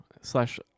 slash